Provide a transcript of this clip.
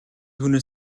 хүнээс